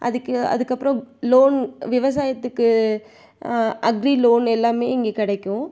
அதுக்கு அதற்கப்பறம் லோன் விவசாயத்துக்கு அக்ரீ லோன் எல்லாமே இங்கே கிடைக்கும்